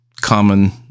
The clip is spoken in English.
common